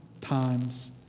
times